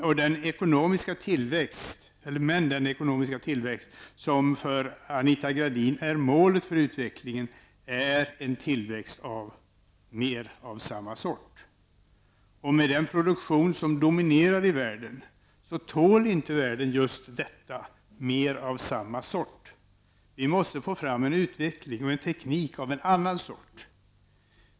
Men den ekonomiska tillväxt som för Anita Gradin är målet för utvecklingen är en tillväxt av mer av samma sort. Och med den produktion som dominerar världen i dag tål inte världen just detta: mer av samma sort. Vi måste få fram en utveckling och en teknik av annan sort.